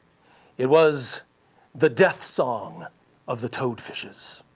it was the death song of the toadfishes.